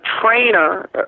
trainer